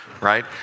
right